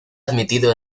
admitido